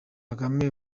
kagame